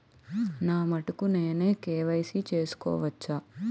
నా మటుకు నేనే కే.వై.సీ చేసుకోవచ్చా?